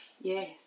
yes